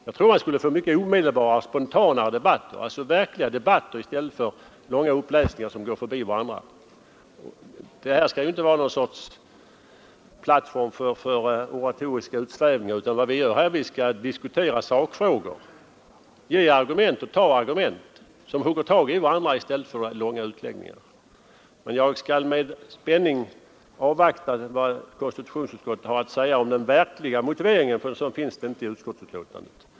Jag tror man skulle få mycket omedelbarare och spontanare debatter, dvs. verkliga debatter i stället för långa uppläsningar som går förbi varann. Riksdagen skall inte vara någon sorts plattform för oratoriska utsvävningar, utan vi skall diskutera sakfrågor, ge och ta argument som hugger tag i varann i stället för långa utläggningar. Jag skall med spänning avvakta den verkliga motiveringen från konstitutionsutskottet, för en sådan finns inte i utskottsbetänkandet.